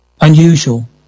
unusual